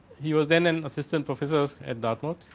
he was then and assistant professor at dartmouth.